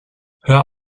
hör